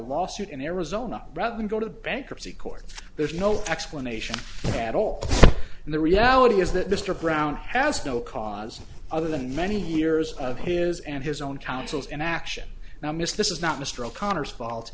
lawsuit in arizona rather than go to the bankruptcy court there's no explanation at all and the reality is that mr brown has no cause other than many years of his and his own counsels in action now miss this is not mr o'connor's